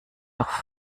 doch